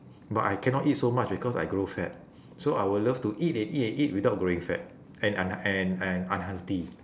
but I cannot eat so much because I grow fat so I would love to eat and eat and eat without growing fat and un~ and and unhealthy